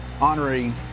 honoring